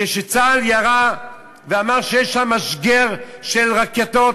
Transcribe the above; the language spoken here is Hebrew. כשצה"ל ירה ואמר שיש שם משגר של רקטות,